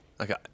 Okay